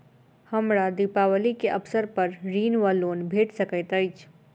हमरा दिपावली केँ अवसर पर ऋण वा लोन भेट सकैत अछि?